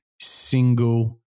single